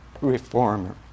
reformer